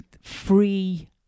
free